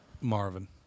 Marvin